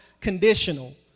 conditional